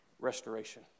restoration